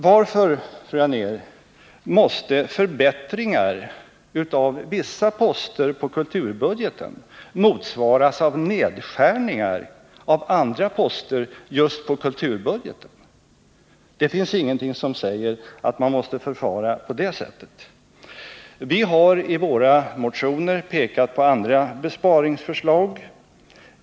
Varför, fru Anér, måste förbättringar av vissa poster på kulturbudgeten motsvaras av nedskärningar av andra poster just på kulturbudgeten? Det finns ingenting som säger att man måste förfara på det sättet. Vi har i våra motioner pekat på andra besparingsförslag.